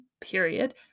period